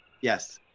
yes